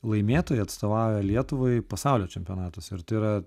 laimėtojai atstovauja lietuvai pasaulio čempionatuose ir tai yra